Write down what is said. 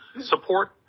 support